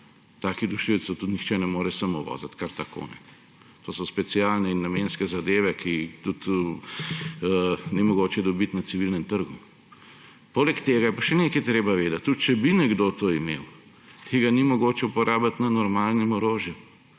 Takih dušilcev tudi nihče ne more uvoziti kar tako. To so specialne in namenske zadeve, ki jih tudi ni mogoče dobiti na civilnem trgu. Poleg tega je pa še nekaj treba vedeti. Tudi če bi nekdo to imel, tega ni mogoče uporabiti na normalnem orožju,